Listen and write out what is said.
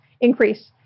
increase